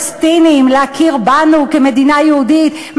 מהפלסטינים להכיר בנו כמדינה יהודית,